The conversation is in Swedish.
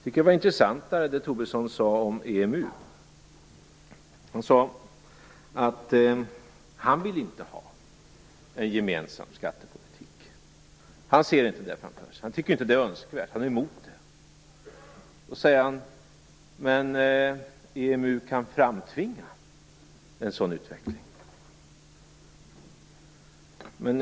Det som Tobisson sade om EMU tyckte jag var intressantare. Han sade att han inte vill ha en gemensam skattepolitik. Han ser inte det framför sig, han tycker inte att det är önskvärt och han är emot det. Men han säger också att EMU kan framtvinga en sådan utveckling.